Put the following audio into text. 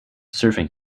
surfing